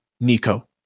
Nico